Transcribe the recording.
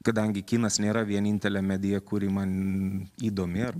kadangi kinas nėra vienintelė medija kuri man įdomi ar